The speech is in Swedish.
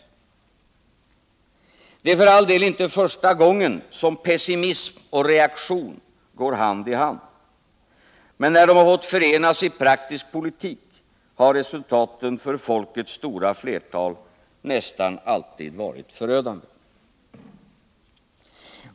Det är för all del inte första gången som pessimism och reaktion går hand i hand. Men när de fått förenas i praktisk politik har resultaten för folkets stora flertal nästan alltid varit förödande.